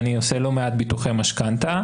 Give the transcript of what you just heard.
ואני עושה לא מעט ביטוחי משכנתה,